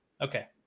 Okay